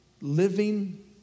living